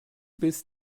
bist